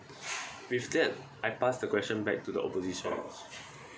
with that I pass the question back to the opposition